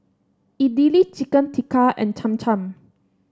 Idili Chicken Tikka and Cham Cham